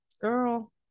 girl